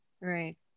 right